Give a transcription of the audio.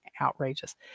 outrageous